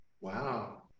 Wow